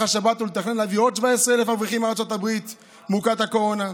השבת ולתכנן להביא עוד 17,000 אברכים מארצות הברית מוכת הקורונה?